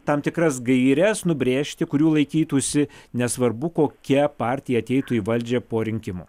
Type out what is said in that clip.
tam tikras gaires nubrėžti kurių laikytųsi nesvarbu kokia partija ateitų į valdžią po rinkimų